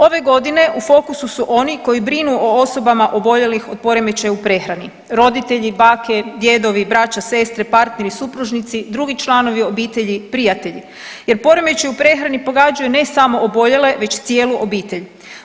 Ove godine u fokusu su oni koji brinu o osobama oboljelih od poremećaja u prehrani, roditelji, bake, djedovi, braća, sestre, partneri, supružnici, drugi članovi obitelji, prijatelji jer poremećaji u prehrani pogađaju ne samo oboljele već cijelu obitelj.